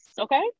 Okay